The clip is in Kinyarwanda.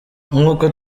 nk’uko